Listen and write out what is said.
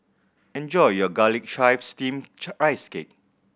enjoy your Garlic Chives Steamed Rice Cake